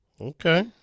Okay